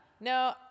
No